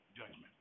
judgment